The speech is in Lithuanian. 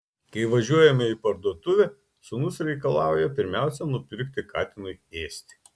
kai važiuojame į parduotuvę sūnus reikalauja pirmiausia nupirkti katinui ėsti